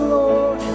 Lord